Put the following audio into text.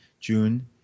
June